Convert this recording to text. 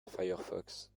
firefox